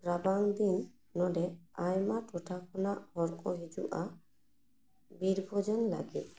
ᱨᱟᱵᱟᱝ ᱫᱤᱱ ᱱᱚᱸᱰᱮ ᱟᱭᱢᱟ ᱴᱚᱴᱷᱟ ᱠᱷᱚᱱᱟᱜ ᱦᱚᱲ ᱠᱚ ᱦᱤᱡᱩᱜᱼᱟ ᱵᱤᱨ ᱵᱷᱳᱡᱳᱱ ᱞᱟᱹᱜᱤᱫ